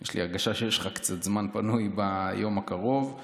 יש לי הרגשה שיש לך קצת זמן פנוי ביום הקרוב,